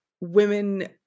women